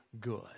good